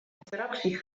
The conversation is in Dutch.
interactie